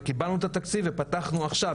קיבלנו את התקציב ופתחנו עכשיו,